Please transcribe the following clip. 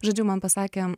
žodžiu man pasakė